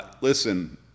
listen